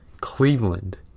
Cleveland